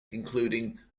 including